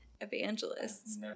evangelists